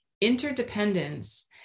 interdependence